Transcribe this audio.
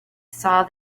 saw